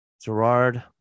Gerard